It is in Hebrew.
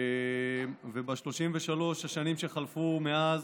וב-33 השנים שחלפו מאז